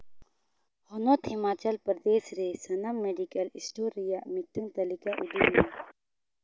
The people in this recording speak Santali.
ᱦᱚᱱᱚᱛ ᱦᱤᱢᱟᱪᱚᱞ ᱯᱨᱚᱫᱮᱥ ᱨᱮ ᱥᱟᱱᱟᱢ ᱢᱮᱰᱤᱠᱮᱞ ᱥᱴᱳᱨ ᱨᱮᱭᱟᱜ ᱢᱤᱫᱴᱟᱹᱝ ᱛᱟᱹᱞᱤᱠᱟ ᱩᱫᱩᱜᱽ ᱢᱮ